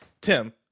Tim